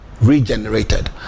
regenerated